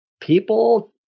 people